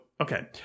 Okay